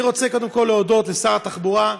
אני רוצה קודם כול להודות לשר התחבורה,